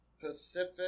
Pacific